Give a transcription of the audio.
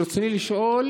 רצוני לשאול: